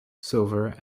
silver